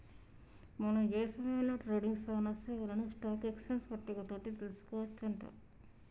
మనం ఏ సమయంలో ట్రేడింగ్ సానా సేవలను స్టాక్ ఎక్స్చేంజ్ పట్టిక తోటి తెలుసుకోవచ్చు అంట